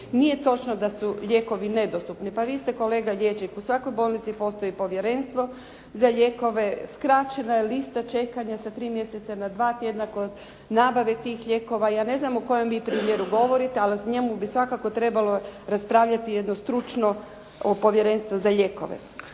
Nije točno da su lijekovi nedostupni. Pa vi ste kolega liječnik. U svakoj bolnici postoji povjerenstvo za lijekove. Skraćena je lista čekanja sa tri mjeseca na dva tjedna kod nabave tih lijekova. Ja ne znam o kojem vi primjeru govorite, ali o njemu bi svakako trebalo raspravljati jedno stručno povjerenstvo za lijekove.